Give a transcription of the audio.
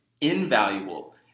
invaluable